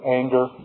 anger